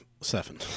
seven